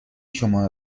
شما